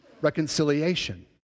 reconciliation